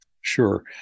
Sure